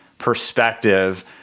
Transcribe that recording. perspective